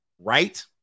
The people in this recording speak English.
right